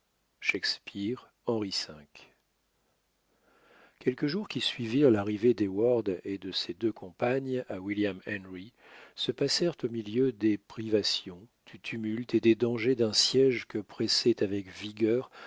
shakespeare henri v quelques jours qui suivirent l'arrivée d'heyward et de ses deux compagnes à william henry se passèrent au milieu des privations du tumulte et des dangers d'un siège que pressait avec vigueur